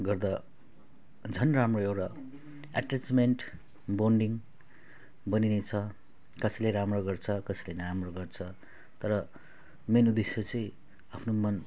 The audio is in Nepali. गर्दा झन् राम्रो एउटा एटेचमेन्ट बन्डिङ बनिने छ कसले राम्रो गर्छ कसले नराम्रो गर्छ तर मेन उद्देश्य चाहिँ आफ्नो मन